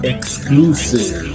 Exclusive